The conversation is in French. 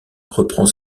reprend